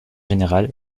générale